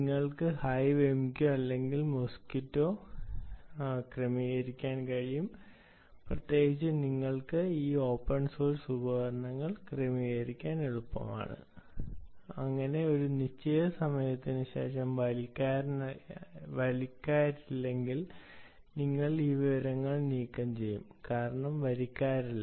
നിങ്ങൾക്ക് hiveMQ അല്ലെങ്കിൽ Mosquitto ക്രമീകരിക്കാൻ കഴിയും പ്രത്യേകിച്ചും നിങ്ങൾക്ക് ഈ ഓപ്പൺ സോഴ്സ് ഉപകരണങ്ങൾ ക്രമീകരിക്കാൻ കഴിയും അങ്ങനെ ഒരു നിശ്ചിത സമയത്തിനുശേഷം വരിക്കാരില്ലെങ്കിൽ നിങ്ങൾ ആ വിവരങ്ങൾ നീക്കംചെയ്യും കാരണം വരിക്കാരില്ല